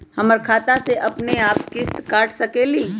हमर खाता से अपनेआप किस्त काट सकेली?